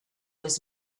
was